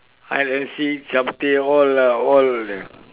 hide and seek chapteh all lah all